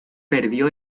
perdió